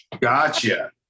gotcha